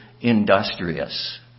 industrious